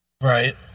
Right